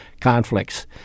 conflicts